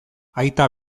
aita